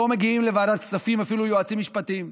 לא מגיעים לוועדת הכספים, אפילו היועצים המשפטיים.